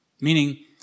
Meaning